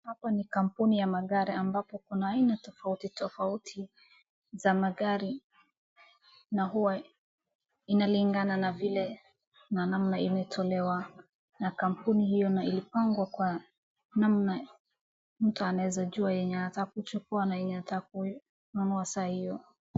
Hapa ni kampuni ya magari na kuna aina tofauti tofauti za magari na huwa inalingalina na namna ilitolewa na kampuni hiyo na inapangwa na namna mtu anaeza kujua yenye anataka kuchukua na yenye anataka kununua saa hiyo.